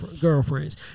girlfriends